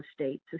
estate